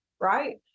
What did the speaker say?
right